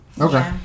Okay